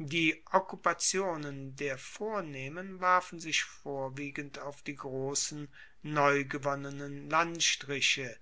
die okkupationen der vornehmen warfen sich vorwiegend auf die grossen neugewonnenen landstriche